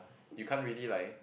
you can't really like